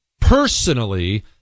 personally